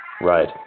Right